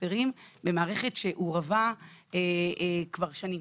חסרים במערכת שהורעבה כבר שנים.